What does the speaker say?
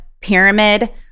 pyramid